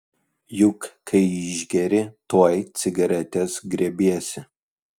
juk kai išgeri tuoj cigaretės griebiesi